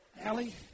Allie